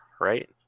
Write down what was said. right